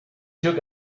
took